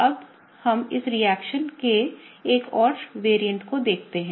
अब हम इस रिएक्शन के एक और संस्करण को देखते हैं